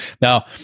Now